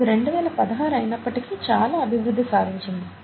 ఇది 2016 అయినప్పటికి చాలా అభివృద్ధి సాధించింది